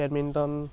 badminton